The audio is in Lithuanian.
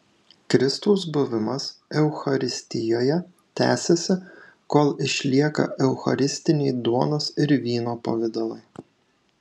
kristaus buvimas eucharistijoje tęsiasi kol išlieka eucharistiniai duonos ir vyno pavidalai